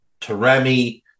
Taremi